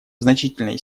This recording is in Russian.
значительной